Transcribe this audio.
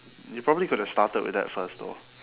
you probably could have started with that first though